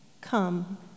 Come